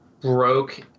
broke